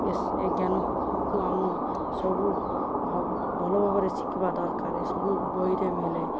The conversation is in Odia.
ଏ ଜ୍ଞାନକୁ ଆମ ସବୁ ଭଲ ଭାବରେ ଶିଖିବା ଦରକାର ସବୁ ବହିରେ ମଳେ